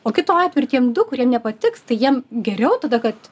o kitu atveju ir tiem du kuriem nepatiks tai jiem geriau tada kad